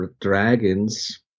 dragons